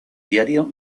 diario